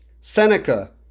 Seneca